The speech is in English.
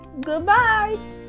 Goodbye